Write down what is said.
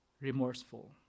remorseful